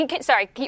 Sorry